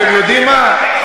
אתם יודעים מה,